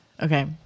okay